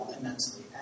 immensely